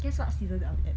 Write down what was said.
guess what season I'm at